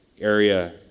area